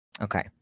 Okay